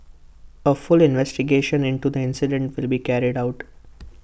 A full investigation into the incident will be carried out